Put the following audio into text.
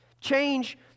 change